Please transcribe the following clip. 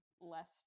less